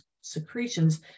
secretions